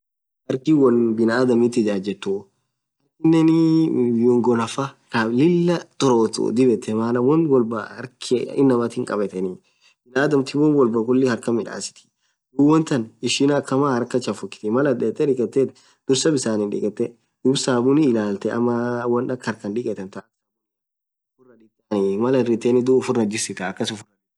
harkin wonn binaadhamith ijajethu harkinen viungoo nafaaaa thaa Lilah thurothu dhib yethee maaan won wolbaa harkh inamaaa thin khabetheni binaadhamthin won wolbaa khulii harkan midhasithi dhub wontan ishiin akama haraka chafukithii Mal athe dhethee dhiketothi dhursaa bisanni dhikethee dhub sabuni ilalte amaa wonn akha harkan dhike than sabunia dhitanii ufuraaa jisithaa